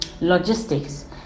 logistics